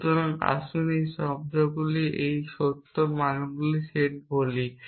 সুতরাং আসুন আমরা এটিকে সত্য মানগুলির সেট বলি